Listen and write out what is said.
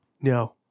No